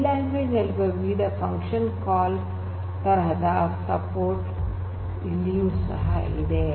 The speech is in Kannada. ಸಿ ಲ್ಯಾಂಗ್ವೇಜ್ ನಲ್ಲಿರುವ ವಿವಿಧ ಫನ್ಕ್ಷನ್ ಕಾಲ್ ತರಹದ ಬೆಂಬಲ ಇಲ್ಲಿಯೂ ಇದೆ